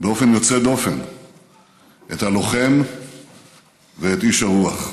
באופן יוצא דופן את הלוחם ואת איש הרוח.